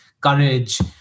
courage